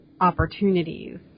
opportunities